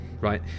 right